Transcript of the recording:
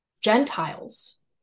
Gentiles